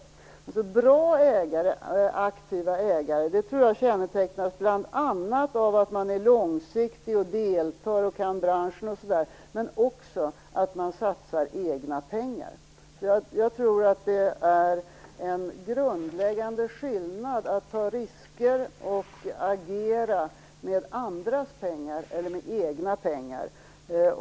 Bra aktiva ägare tror jag kännetecknas bl.a. av att de är långsiktiga, deltar och kan branschen, men också av att de satsar egna pengar. Jag tror att det är en grundläggande skillnad mellan att ta risker och agera med andras pengar och att agera med egna pengar.